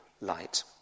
light